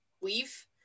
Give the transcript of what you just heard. leave